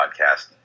podcast